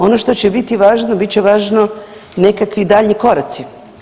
Ono što će biti važno, bit će važno nekakvi daljnji koraci.